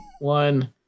one